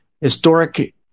historic